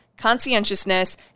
conscientiousness